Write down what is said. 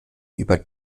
über